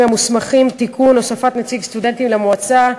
המוסמכים (תיקון) (הוספת נציג סטודנטים למועצה),